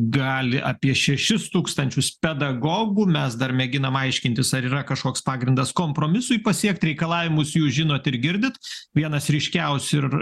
gali apie šešis tūkstančius pedagogų mes dar mėginam aiškintis ar yra kažkoks pagrindas kompromisui pasiekt reikalavimus jūs žinot ir girdit vienas ryškiausių ir